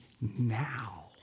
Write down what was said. now